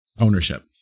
ownership